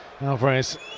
Alvarez